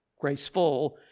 graceful